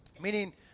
Meaning